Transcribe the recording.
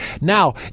Now